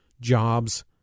jobs